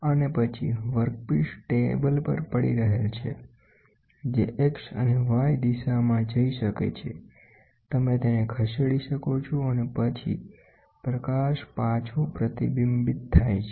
અને પછી workpiece table પર પડી રહેલ છે જે X અને Y દિશામાં જઈ શકે છે તમે તેને ખસેડી શકો છો અને પછી પ્રકાશ પાછો પ્રતિબિંબિત થાય છે